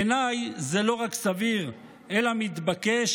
בעיניי זה לא רק סביר אלא מתבקש,